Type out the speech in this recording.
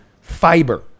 fiber